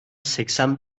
seksen